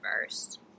first